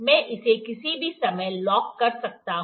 मैं इसे किसी भी समय लॉक कर सकता हूं